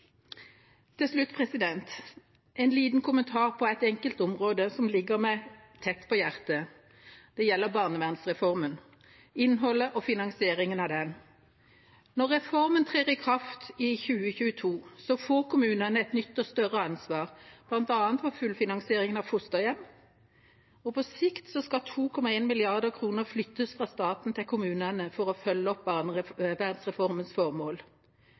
Til slutt en liten kommentar til et enkeltområde som ligger meg på hjertet. Det gjelder barnevernsreformen – innholdet i og finansieringen av den. Når reformen trer i kraft i 2022, får kommunene et nytt og større ansvar, bl.a. for fullfinansiering av fosterhjem, og på sikt skal 2,1 mrd. kr flyttes fra staten til kommunene for å følge opp